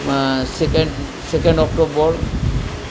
second second October